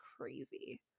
crazy